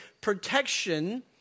protection